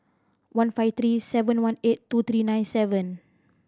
one five three seven one eight two three nine seven